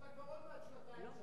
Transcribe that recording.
אתה כבר עוד מעט שנתיים שם.